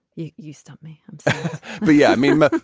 you you stump me the yeah minimum.